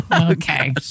Okay